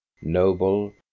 noble